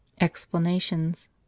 explanations